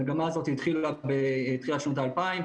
המגמה הזאת התחילה בתחילת שנות ה-2000,